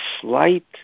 slight